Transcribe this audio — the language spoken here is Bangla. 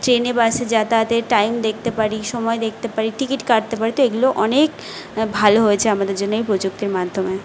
ট্রেনে বাসে যাতায়াতের টাইম দেখতে পারি সময় দেখতে পারি টিকিট কাটতে পারি তো এগুলো অনেক ভালো হয়েছে আমাদের জন্যে এই প্রযুক্তির মাধ্যমে